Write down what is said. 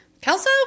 Kelso